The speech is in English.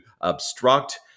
obstruct